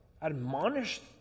admonished